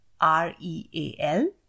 R-E-A-L